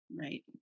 right